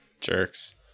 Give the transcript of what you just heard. Jerks